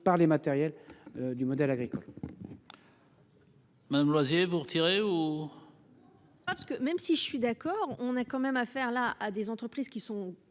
par les matériels du modèle agricole.